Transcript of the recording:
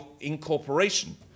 incorporation